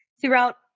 throughout